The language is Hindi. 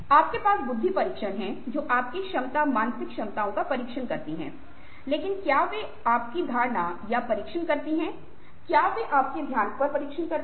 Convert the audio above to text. आपके पास बुद्धि परीक्षण हैं जो आपकी क्षमता मानसिक क्षमताओं का परीक्षण करते हैं लेकिन क्या वे आपकी धारणा का परीक्षण करते हैं क्या वे आपके ध्यान का परीक्षण करते हैं